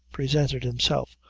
presented himself,